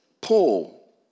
Paul